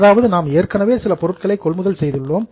அதாவது நாம் ஏற்கனவே சில பொருட்களை கொள்முதல் செய்துள்ளோம்